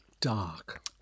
Dark